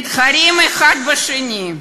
מתחרים האחד בשני,